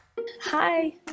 Hi